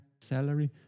salary